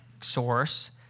source